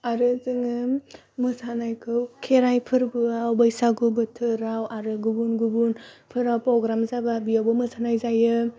आरो जोङो मोसानायखौ खेराइ फोरबोयाव बैसागो बोथोराव आरो गुबुन गुबुनफोराव फ्रग्राम जाबा बेवबो मोसानाय जायो